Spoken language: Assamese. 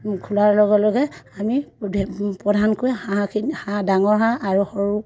খোলাৰ লগে লগে আমি প্ৰধানকৈ হাঁহখিনি হাঁহ ডাঙৰ হাঁহ আৰু সৰু